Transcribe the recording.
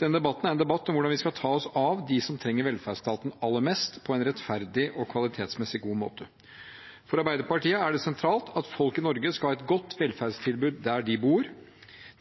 Denne debatten er en debatt om hvordan vi skal ta oss av dem som trenger velferdsstaten aller mest, på en rettferdig og kvalitetsmessig god måte. For Arbeiderpartiet er det sentralt at folk i Norge skal ha et godt velferdstilbud der de bor.